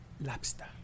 lobster